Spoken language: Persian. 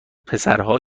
پسرها